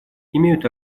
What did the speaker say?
имеют